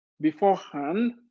beforehand